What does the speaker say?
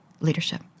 leadership